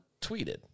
tweeted